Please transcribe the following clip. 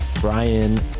Brian